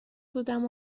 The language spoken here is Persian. بودم